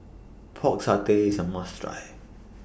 Pork Satay IS A must Try